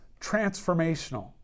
transformational